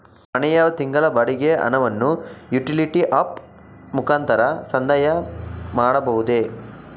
ಮನೆಯ ತಿಂಗಳ ಬಾಡಿಗೆ ಹಣವನ್ನು ಯುಟಿಲಿಟಿ ಆಪ್ ಮುಖಾಂತರ ಸಂದಾಯ ಮಾಡಬಹುದೇ?